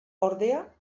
ordea